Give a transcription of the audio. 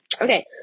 Okay